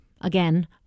again